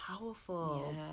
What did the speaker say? powerful